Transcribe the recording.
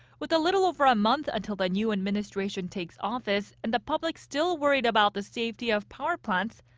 with a little over a month until the new administration takes office and the public still worried about the safety of power plants,